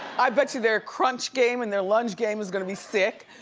i bet you their crunch game and their lunge game is gonna be sick.